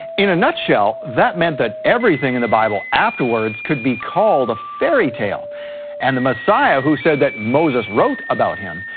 in a nutshell, that meant that everything in the bible afterwards could be called a fairy tale and the messiah who said that moses wrote about him,